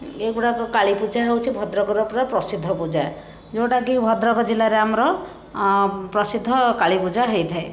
ଏଗୁଡ଼ାକ କାଳିପୂଜା ହେଉଛି ଭଦ୍ରକର ପୁରା ପ୍ରସିଦ୍ଧ ପୂଜା ଯେଉଁଟାକି ଭଦ୍ରକ ଜିଲ୍ଲାରେ ଆମର ପ୍ରସିଦ୍ଧ କାଳୀପୂଜା ହେଇଥାଏ